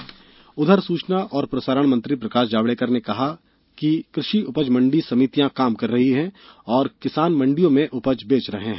जावड़ेकर मंडी सूचना और प्रसारण मंत्री प्रकाश जावड़ेकर ने आज कहा कि कृषि उपज मंडी समितियां काम कर रही हैं और किसान मंडियों में उपज बेच रहे हैं